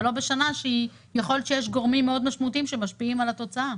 ולא בשנה שיכול להיות שיש גורמים מאוד משמעותיים שמשפיעים על התוצאה.